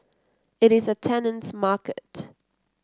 it is a tenant's market